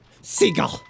Seagull